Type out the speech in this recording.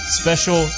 special